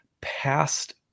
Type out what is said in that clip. past